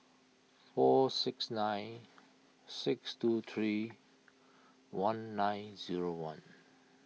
four six nine six two three one nine zero one